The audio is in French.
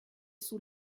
sous